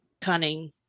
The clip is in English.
cunning